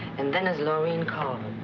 and then there's loreen colvin.